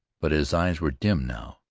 but his eyes were dim now,